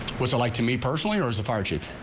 was it like to me personally years of hardship